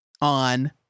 on